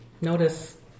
Notice